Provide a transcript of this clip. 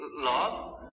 love